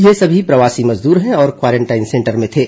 ये सभी प्रवासी मजदर हैं और क्वारेंटाइन सेंटर में थे